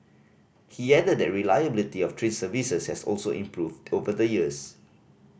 he added that reliability of train services has also improved over the years